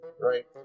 right